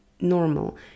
normal